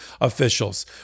officials